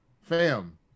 Fam